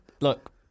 look